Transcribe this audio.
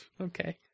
Okay